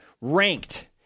ranked